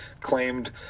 claimed